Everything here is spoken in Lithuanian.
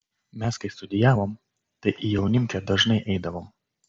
mes kai studijavom tai į jaunimkę dažnai eidavom